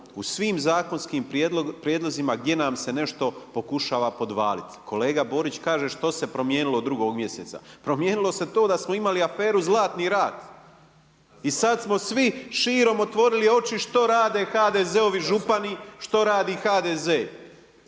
u svim zakonskim prijedlozima gdje nam se nešto pokušava podvaliti. Kolega Borić kaže što se promijenilo od 2. mjeseca? Promijenilo se to da smo imali aferu Zlatni rat. I sad smo svi širom otvorili oči što rade HDZ-ovi župani, što radi HDZ.